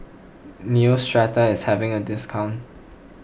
Neostrata is having a discount